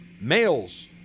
males